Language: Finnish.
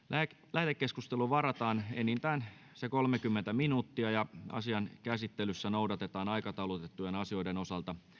lähetekeskusteluun varataan enintään kolmekymmentä minuuttia asian käsittelyssä noudatetaan aikataulutettujen asioiden osalta